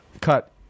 Cut